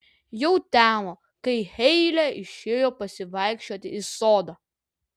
jau temo kai heile išėjo pasivaikščioti į sodą